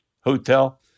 Hotel